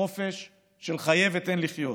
חופש של חיה ותן לחיות,